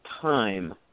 time